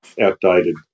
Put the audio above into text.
outdated